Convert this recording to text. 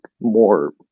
more